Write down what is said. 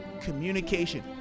communication